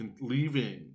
leaving